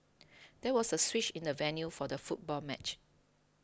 there was a switch in the venue for the football match